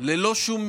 ללא שום